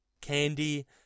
Candy